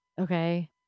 Okay